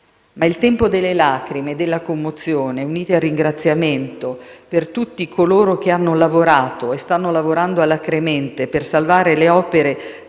Ma il tempo delle lacrime e della commozione, unite al ringraziamento per tutti coloro che hanno lavorato e stanno lavorando alacremente per salvare le opere